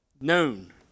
known